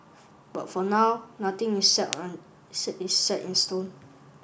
but for now nothing is set on is set is set in stone